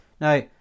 now